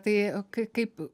tai k kaip